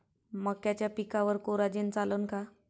मक्याच्या पिकावर कोराजेन चालन का?